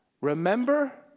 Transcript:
Remember